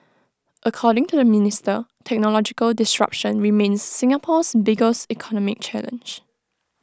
according to the minister technological disruption remains Singapore's biggest economic challenge